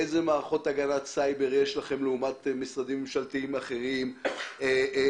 איזה מערכות סייבר יש לכם לעומת משרדים ממשלתיים אחרים ועד